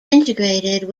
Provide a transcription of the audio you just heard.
integrated